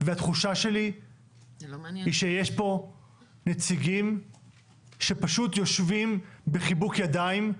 והתחושה שלי היא שיש פה נציגים שפשוט יושבים בחיבוק ידיים.